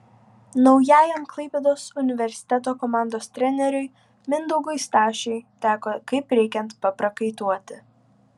naujajam klaipėdos universiteto komandos treneriui mindaugui stašiui teko kaip reikiant paprakaituoti